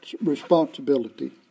responsibility